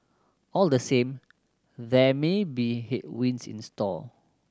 all the same there may be headwinds in store